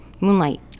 Moonlight